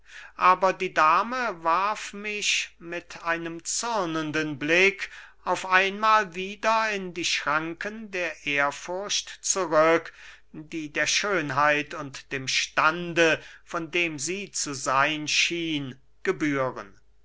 aber die dame warf mich mit einem zürnenden blick auf einmahl wieder in die schranken der ehrfurcht zurück die der schönheit und dem stande von dem sie zu seyn schien gebühren